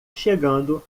chegando